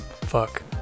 fuck